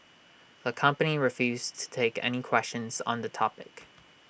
the company refused to take any questions on the topic